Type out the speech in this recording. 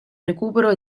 recupero